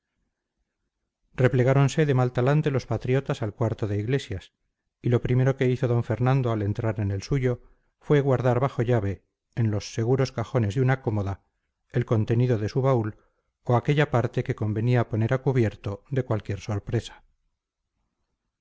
replegáronse de mal talante los patriotas al cuarto de iglesias y lo primero que hizo d fernando al entrar en el suyo fue guardar bajo llave en los seguros cajones de una cómoda el contenido de su baúl o aquella parte que convenía poner a cubierto de cualquier sorpresa